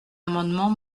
amendement